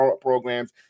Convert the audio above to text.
programs